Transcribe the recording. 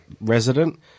resident